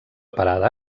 parada